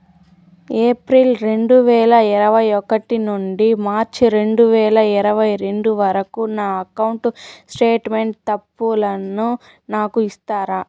April రెండు వేల ఇరవై ఒకటి నుండి మార్చ్ రెండు వేల ఇరవై రెండు వరకు నా అకౌంట్ స్టేట్మెంట్ తప్పులను నాకు ఇస్తారా?